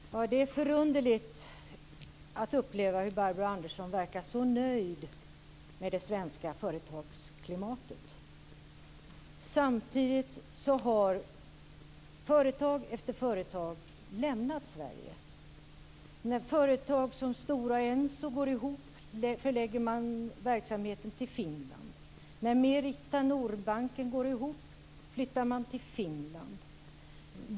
Fru talman! Det är förunderligt att uppleva att Barbro Andersson Öhrn verkar vara så nöjd med det svenska företagsklimatet. Samtidigt har företag efter företag lämnat Sverige. När företag som Stora och Enso går ihop förlägger man verksamheten till Finland. När Merita och Nordbanken går ihop flyttar man till Finland.